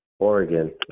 Oregon